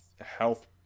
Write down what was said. health